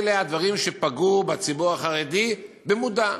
אלה הדברים שפגעו בציבור החרדי במודע.